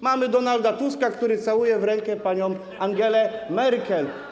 Mamy na nim Donalda Tuska, który całuje w rękę panią Angelę Merkel.